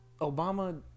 Obama